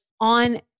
on